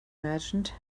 merchant